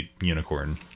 unicorn